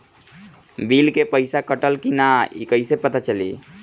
Bill के पइसा कटल कि न कइसे पता चलि?